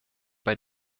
bei